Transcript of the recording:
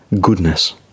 goodness